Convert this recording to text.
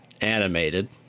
animated